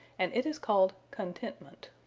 and it is called con-tent-ment.